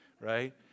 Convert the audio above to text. right